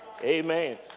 amen